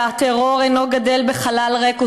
הטרור אינו גדל בחלל ריק,